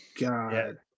God